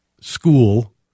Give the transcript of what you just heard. school